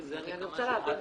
אני רוצה להבין